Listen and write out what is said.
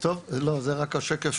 בוקר טוב, תודה רבה לכבוד היושב ראש.